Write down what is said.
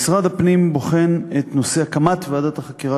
משרד הפנים בוחן את נושא הקמת ועדת החקירה